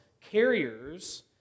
carriers